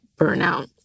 burnout